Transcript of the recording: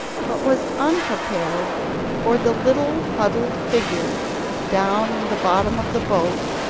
but was unprepared for the little huddled figure down in the bottom of the boat,